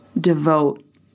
devote